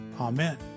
Amen